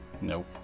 Nope